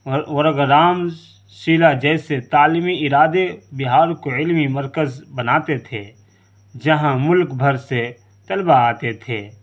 ورگرامز سیلا جیسے تعلیمی ارادے بہار کو علمی مرکز بناتے تھے جہاں ملک بھر سے طلباء آتے تھے